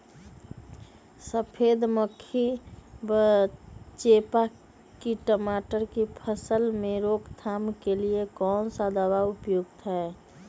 सफेद मक्खी व चेपा की टमाटर की फसल में रोकथाम के लिए कौन सा दवा उपयुक्त है?